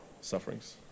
sufferings